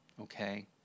okay